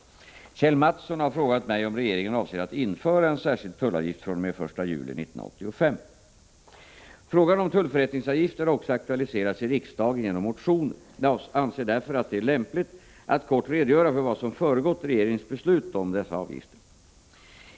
Kjell Mattsson har frågat mig om regeringen avser att införa en särskild tullavgift fr.o.m. den 1 juli 1985. Frågan om tullförrättningsavgifter har också aktualiserats i riksdagen genom motioner. Jag anser därför att det är lämpligt att kort redogöra för vad som föregått regeringens beslut om dessa avgifter.